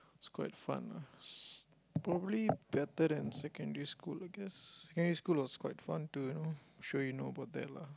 is quite fun lah s~ probably better than secondary school lah secondary school was quite fun too sure you know about that lah